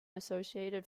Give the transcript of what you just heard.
associated